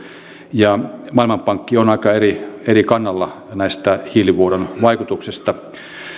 ja maailmanpankki on aika eri kannalla näistä hiilivuodon vaikutuksista